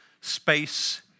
Space